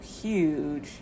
huge